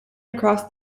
across